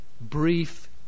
brief